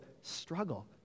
struggle